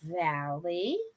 Valley